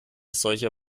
solche